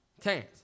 Tans